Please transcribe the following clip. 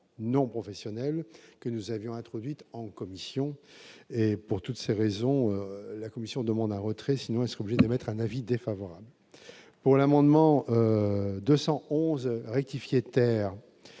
non professionnels que nous avions introduite en commission et pour toutes ces raisons, la commission demande un retrait sinon est-ce qu'on voulait mettre un avis défavorable pour l'amendement 211 rectifier terre